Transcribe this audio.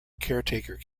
caretaker